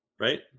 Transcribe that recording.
Right